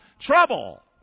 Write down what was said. trouble